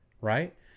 right